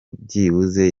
byibuze